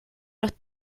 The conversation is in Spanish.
los